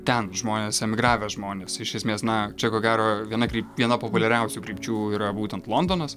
ten žmonės emigravę žmonės iš esmės na čia ko gero viena kryp viena populiariausių krypčių yra būtent londonas